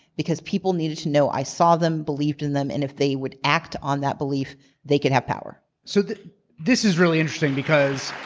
because people needed to know. i saw them, believed in them and if they would act on that belief they could have power. so this is really interesting, because.